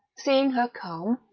seeing her calm,